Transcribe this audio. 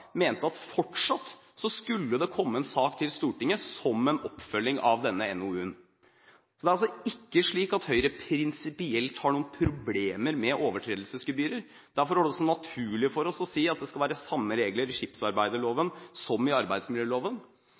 mente at det fortsatt skulle komme en sak til Stortinget, som en oppfølging av denne NOU-en. Høyre har ikke prinsipielt noen problemer med overtredelsesgebyrer. Derfor er det også naturlig for oss å si at det skal være de samme reglene i skipsarbeidsloven som i arbeidsmiljøloven.